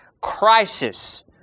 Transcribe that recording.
Crisis